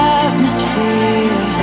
atmosphere